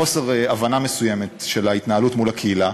חוסר הבנה מסוים של ההתנהלות מול הקהילה.